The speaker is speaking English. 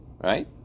Right